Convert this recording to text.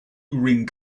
ring